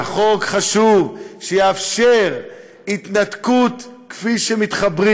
מקדמים חוק חשוב, שיאפשר התנתקות כפי שמתחברים.